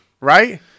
right